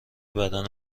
بدن